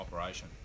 operation